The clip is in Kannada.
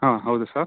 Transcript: ಹಾಂ ಹೌದು ಸರ್